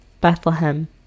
Bethlehem